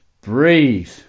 breathe